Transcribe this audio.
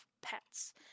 pets